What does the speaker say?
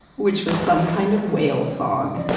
which was some kind of whale song